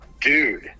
Dude